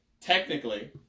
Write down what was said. Technically